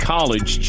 College